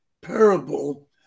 parable